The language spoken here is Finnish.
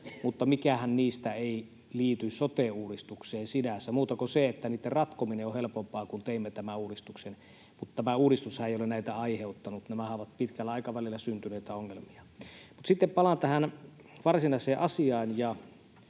mutta mikäänhän niistä ei liity sote-uudistukseen sinänsä, muuta kuin se, että niitten ratkominen on helpompaa, kun teimme tämän uudistuksen, mutta tämä uudistushan ei ole näitä aiheuttanut. Nämähän ovat pitkällä aikavälillä syntyneitä ongelmia. Mutta sitten palaan tähän varsinaiseen asiaan,